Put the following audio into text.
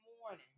morning